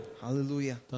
Hallelujah